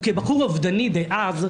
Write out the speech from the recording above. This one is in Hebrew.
וכבחור אובדני דאז,